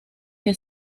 que